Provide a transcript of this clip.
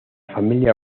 familia